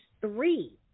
three